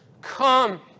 come